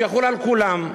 שהוא יחול על כולם.